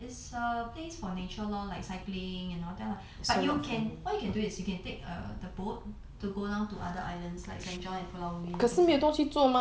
it's a place for nature lor like cycling and all that lah like you can what you can do is you can take err the boat to go down to other islands like saint john and pulau ubin and things like that